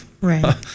Right